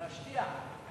להשטיח.